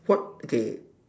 what okay